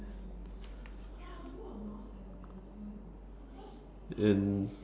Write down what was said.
and